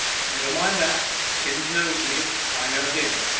never mind that timms knows me, i know him.